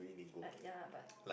like ya lah but